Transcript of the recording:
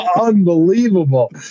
unbelievable